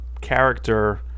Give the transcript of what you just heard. character